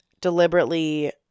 deliberately